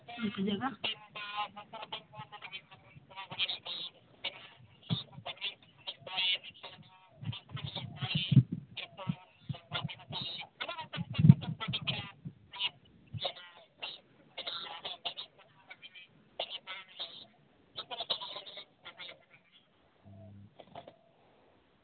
ᱫᱟᱬᱟᱱ ᱡᱟᱭᱜᱟ